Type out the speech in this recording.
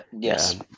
Yes